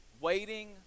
waiting